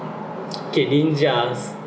okay ninjas